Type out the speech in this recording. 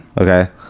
Okay